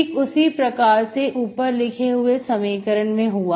ठीक इसी प्रकार से ऊपर लिखे हुए समीकरण में हुआ